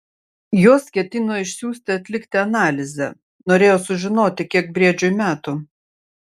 juos ketino išsiųsti atlikti analizę norėjo sužinoti kiek briedžiui metų